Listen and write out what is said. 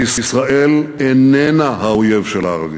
שישראל איננה האויב של הערבים,